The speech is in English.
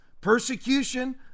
persecution